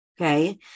okay